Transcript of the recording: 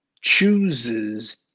chooses